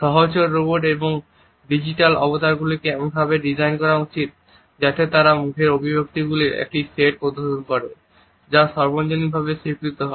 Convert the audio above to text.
সহচর robot এবং digital অবতারগুলিকে এমনভাবে ডিজাইন করা উচিত যাতে তারা মুখের অভিব্যক্তিগুলির একটি সেট প্রদর্শন করে যা সর্বজনীনভাবে স্বীকৃত হয়